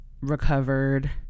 recovered